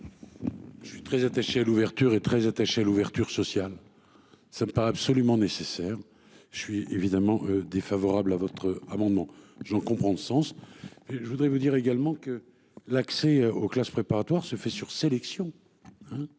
Je suis très attaché à l'ouverture et très attachés à l'ouverture sociale. Ça me paraît absolument nécessaire. Je suis évidemment défavorable à votre amendement j'en comprend le sens. Je voudrais vous dire également que l'accès aux classes préparatoires se fait sur sélection.